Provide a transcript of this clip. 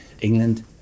England